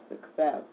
success